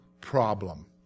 problem